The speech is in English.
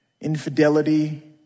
infidelity